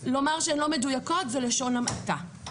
לומר שהן לא מדויקות זה לשון המעטה.